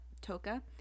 Toka